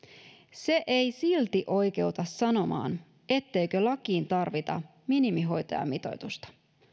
se ei silti oikeuta sanomaan etteikö lakiin tarvita minimihoitajamitoitusta